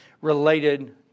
related